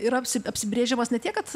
yra apsi apsibrėžimas ne tiek kad